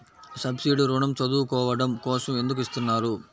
Subsidy ఋణం చదువుకోవడం కోసం ఎందుకు ఇస్తున్నారు?